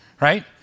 right